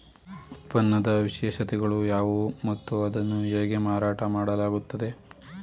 ಉತ್ಪನ್ನದ ವಿಶೇಷತೆಗಳು ಯಾವುವು ಮತ್ತು ಅದನ್ನು ಹೇಗೆ ಮಾರಾಟ ಮಾಡಲಾಗುತ್ತದೆ?